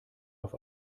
auf